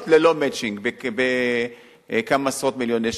ללא "מצ'ינג" בכמה עשרות מיליונים,